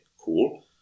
cool